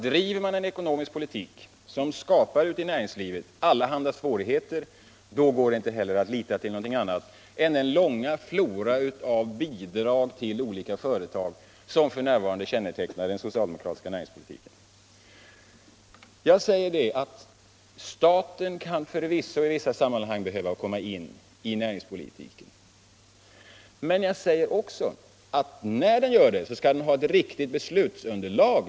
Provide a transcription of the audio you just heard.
Driver man en ekonomisk politik som skapar allehanda svårigheter inom näringslivet går det inte heller att lita till någonting annat än den rika flora av bidrag till olika företag som f. n. kännetecknar den socialdemokratiska näringspolitiken. Staten kan förvisso i vissa sammanhang behöva komma in i näringspolitiken. Men när den gör det skall den ha ett riktigt beslutsunderlag.